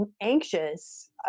anxious